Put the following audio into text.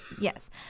Yes